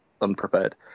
unprepared